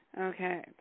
Okay